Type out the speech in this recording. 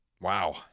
Wow